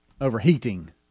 overheating